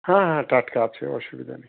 হ্যাঁ হ্যাঁ টাটকা আছে অসুবিধা নেই